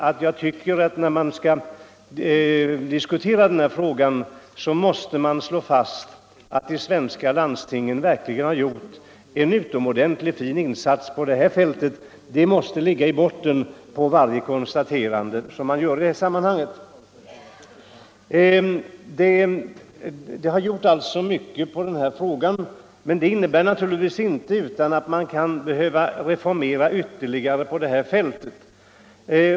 Vad som måste slås fast är att de svenska landstingen verkligen har gjort en utomordentligt fin insats på detta fält — det måste ligga i botten på varje konstaterande i sammanhanget. Det innebär naturligtvis inte att man inte kan behöva reformera ytterligare på detta fält.